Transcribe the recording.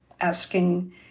asking